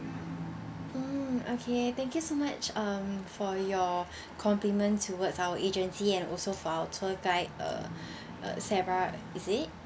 mm okay thank you so much um for your compliments towards our agency and also for our tour guide uh uh sarah is it